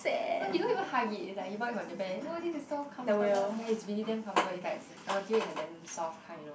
no he don't even hug it it's like he bought it from Japan oh this is so comfortable ya it's really damn comfortable it's like the material is like damn soft kind you know